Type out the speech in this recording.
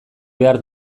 behar